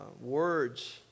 words